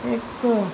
हिकु